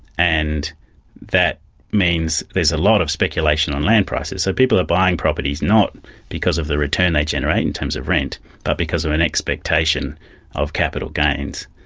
and that means there's a lot of speculation on land prices. so people are buying properties not because of the return they generate in terms of rent but because of an expectation of capital gains.